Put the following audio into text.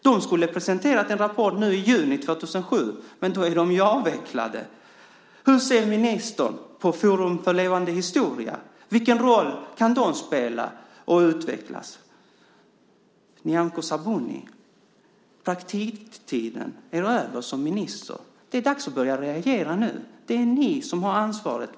Man skulle ha presenterat en rapport i juni 2007, men då är ju Integrationsverket avvecklat. Hur ser ministern på Forum för levande historia? Vilken roll kan man spela, och hur kan man utvecklas? Nyamko Sabuni! Praktiktiden som minister är över. Det är dags att börja reagera nu. Det är ni som har ansvaret.